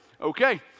Okay